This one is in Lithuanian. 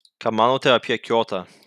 ką manote apie kiotą